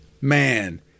Man